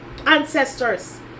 ancestors